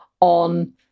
on